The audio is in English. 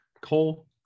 Cole